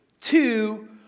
two